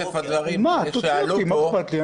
תוציא אותי, מה אכפת לי?